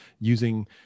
using